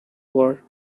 war